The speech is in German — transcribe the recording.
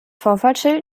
vorfahrtsschild